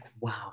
wow